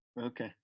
Okay